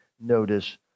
notice